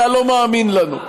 אתה לא מאמין לנו.